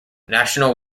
national